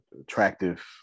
attractive